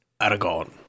Aragon